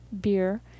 beer